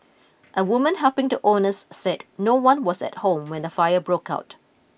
a woman helping the owners said no one was at home when the fire broke out